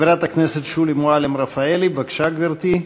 חברת הכנסת שולי מועלם-רפאלי, בבקשה, גברתי.